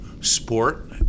sport